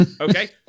Okay